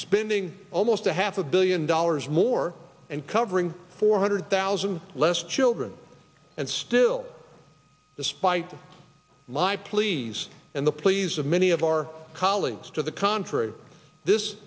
spending almost a half a billion dollars more and covering four hundred thousand less children and still despite my pleas and the pleas of many of our colleagues to the contrary this